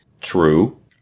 True